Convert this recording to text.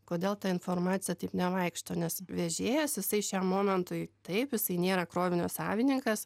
kodėl ta informacija taip nevaikšto nes vežėjas jisai šiam momentui taip jisai nėra krovinio savininkas